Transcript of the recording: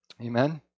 Amen